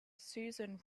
susan